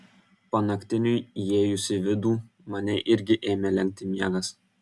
panaktiniui įėjus į vidų mane irgi ėmė lenkti miegas